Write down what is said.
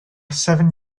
seven